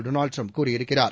Donald Trump கூறியிருக்கிறார்